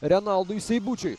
renaldui seibučiui